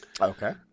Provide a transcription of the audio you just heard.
Okay